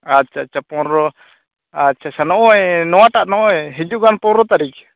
ᱟᱪᱪᱷᱟ ᱪᱷᱟ ᱯᱚᱱᱚᱨᱚ ᱟᱪᱪᱷᱟ ᱱᱚᱜᱼᱚᱭ ᱱᱚᱣᱟ ᱴᱟᱜ ᱱᱚᱜᱼᱚᱭ ᱦᱤᱡᱩᱜ ᱠᱟᱱ ᱯᱚᱱᱚᱨᱚ ᱛᱟᱹᱨᱤᱠ